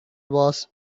was